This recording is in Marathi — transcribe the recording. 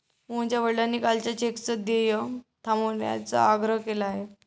मोहनच्या वडिलांनी कालच्या चेकचं देय थांबवण्याचा आग्रह केला आहे